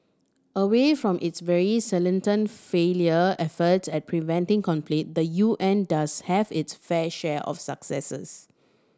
away from its very salient failure efforts at preventing conflict the U N does have its fair share of successes